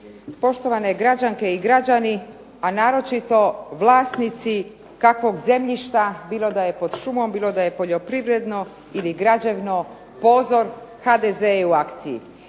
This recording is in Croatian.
poštovane građanke i građani, a naročito vlasnici kakvog zemljišta, bilo da je pod šumom, bilo da je poljoprivredno, ili građevno, pozor HDZ je u akciji.